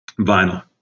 Vinyl